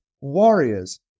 warriors